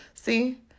See